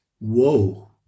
Whoa